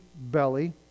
belly